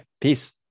Peace